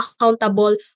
accountable